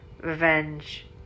Revenge